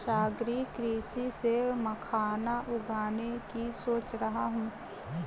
सागरीय कृषि से मखाना उगाने की सोच रहा हूं